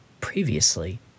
previously